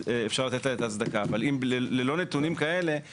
אנו מבחינים בינו לבין עסק אחר שמשתמש באותה שקית.